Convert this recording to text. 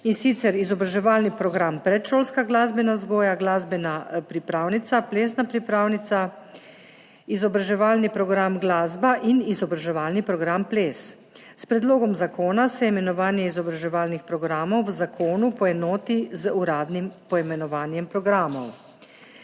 in sicer izobraževalni program predšolska glasbena vzgoja, glasbena pripravnica, plesna pripravnica, izobraževalni program glasba in izobraževalni program ples. S predlogom zakona se imenovanje izobraževalnih programov v zakonu poenoti z uradnim poimenovanjem programov.